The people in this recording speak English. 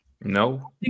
No